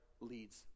leads